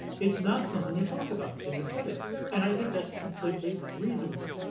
it's not something you talk about in this setting and i think that's completely reasonable.